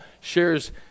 shares